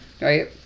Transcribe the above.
right